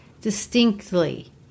distinctly